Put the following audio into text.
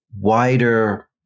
wider